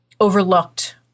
overlooked